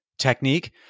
technique